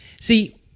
see